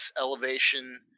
elevation